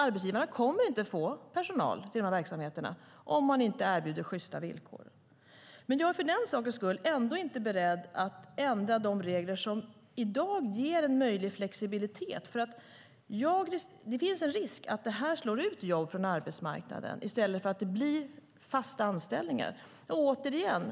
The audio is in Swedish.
Arbetsgivarna kommer inte att få personal till dessa verksamheter om de inte erbjuder sjysta villkor. Jag är för den skull inte beredd att ändra de regler som i dag ger möjligheter till flexibilitet. Risken finns att det slår ut jobb på arbetsmarknaden i stället för att ge fasta anställningar.